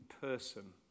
person